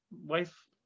wife